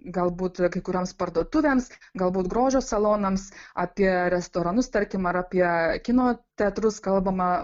galbūt kai kurioms parduotuvėms galbūt grožio salonams apie restoranus tarkim apie kino teatrus kalbama